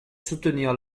soutenir